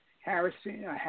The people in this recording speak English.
Harrison